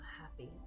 happy